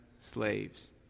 slaves